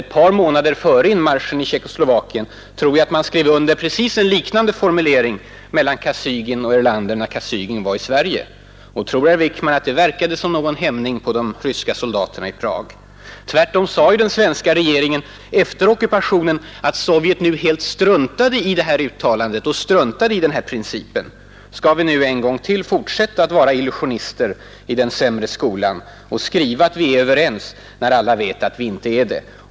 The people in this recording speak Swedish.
Ett par månader före inmarschen i Tjeckoslovakien skrev man under en precis likadan formulering i deklarationen från Kosygin och Erlander när Kosygin var i Sverige. Tror herr Wickman att det utgjorde någon hämmande faktor på de ryska soldaterna i Prag? Tvärtom sade ju den svenska regeringen efter ockupationen att Sovjetunionen nu helt struntade i detta uttalande och denna princip. Skall vi nu fortsätta att vara illusionister i den sämre skolan och skriva att vi är överens, när alla vet att vi inte är det?